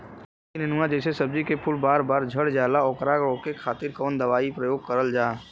लौकी नेनुआ जैसे सब्जी के फूल बार बार झड़जाला ओकरा रोके खातीर कवन दवाई के प्रयोग करल जा?